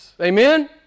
Amen